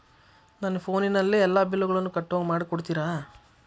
ನನ್ನ ಫೋನಿನಲ್ಲೇ ಎಲ್ಲಾ ಬಿಲ್ಲುಗಳನ್ನೂ ಕಟ್ಟೋ ಹಂಗ ಮಾಡಿಕೊಡ್ತೇರಾ?